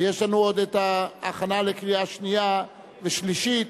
ויש לנו עוד ההכנה לקריאה שנייה ולקריאה שלישית,